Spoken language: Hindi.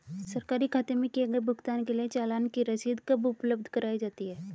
सरकारी खाते में किए गए भुगतान के लिए चालान की रसीद कब उपलब्ध कराईं जाती हैं?